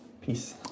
peace